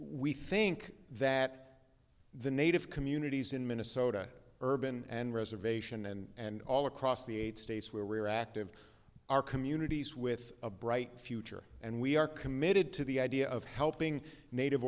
we think that the native communities in minnesota urban and reservation and all across the eight states were active our communities with a bright future and we are committed to the idea of helping native